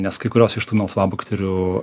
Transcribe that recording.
nes kai kurios iš tų melsvabakterių